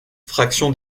fraction